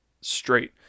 straight